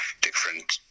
different